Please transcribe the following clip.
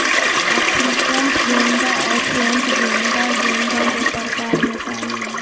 African गेंदा और French गेंदा गेंदा के प्रकार में शामिल हइ